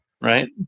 right